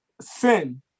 sin